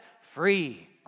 free